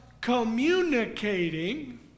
communicating